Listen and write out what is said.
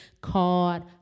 called